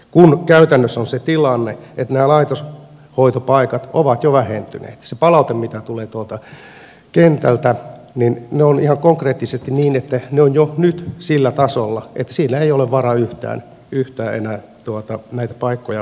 kun käytännössä on se tilanne että nämä laitoshoitopaikat ovat jo vähentyneet se palaute mitä tulee tuolta kentältä on ihan konkreettisesti niin että ne ovat jo nyt sillä tasolla että siinä ei ole varaa yhtään enää näitä paikkoja vähentää